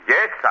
Yes